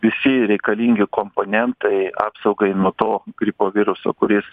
visi reikalingi komponentai apsaugai nuo to gripo viruso kuris